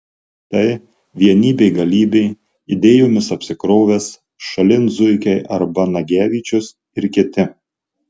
tai vienybė galybė idėjomis apsikrovęs šalin zuikiai arba nagevičius ir kiti